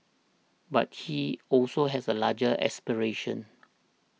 but he also has a larger aspiration